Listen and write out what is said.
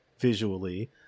visually